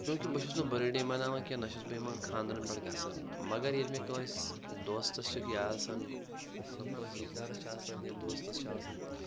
چوٗنٛکہِ بہٕ چھُس نہٕ بٔرٕڈے مَناوان کیٚنٛہہ نہ چھُس بہٕ یِمَن خانٛدرَن پٮ۪ٹھ گژھان مگر ییٚلہِ مےٚ کٲنٛسہِ دوستَس چھُکھ یا آسان مطلب کٲنٛسہِ رِشتہٕ دارَس چھِ آسان یا دوستَس چھِ آسان